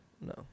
No